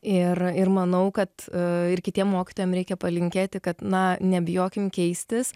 ir ir manau kad ir kitiem mokytojam reikia palinkėti kad na nebijokim keistis